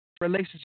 relationship